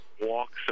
walks